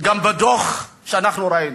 שגם בדוח שאנחנו ראינו,